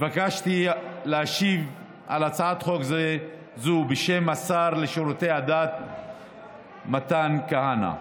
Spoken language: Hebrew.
התבקשתי להשיב על הצעת חוק זו בשם השר לשירותי הדת מתן כהנא.